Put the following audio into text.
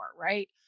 right